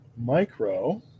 micro